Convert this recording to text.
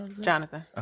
Jonathan